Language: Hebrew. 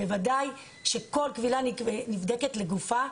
בוודאי שכל קבילה נבדקת לגופה.